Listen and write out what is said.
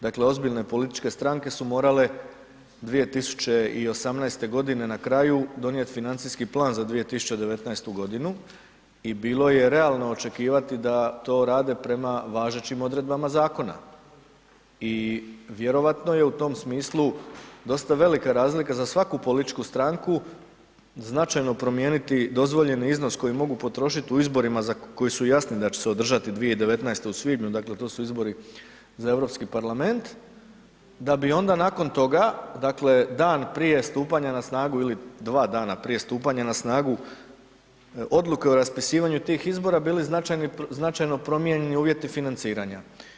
Dakle, ozbiljne političke stranke su morale 2018. godine na kraju, donijet financijski plan za 2019. godinu, i bilo je realno očekivati da to rade prema važećim odredbama Zakona, i vjerojatno je u tom smislu dosta velika razlika za svaku političku stranku, značajno promijeniti dozvoljeni iznos koji mogu potrošiti u izborima za koji su jasni da će se održati 2019., u svibnju, dakle, to su izbori za Europski parlament, da bi onda nakon toga, dakle, dan prije stupanja na snagu ili dva dana prije stupanja na snagu Odluke o raspisivanju tih izbora, bili značajni, značajno promijenjeni uvjeti financiranja.